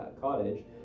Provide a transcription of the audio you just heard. cottage